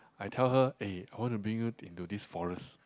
I tell her eh I want to bring you into this forest